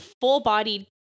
full-bodied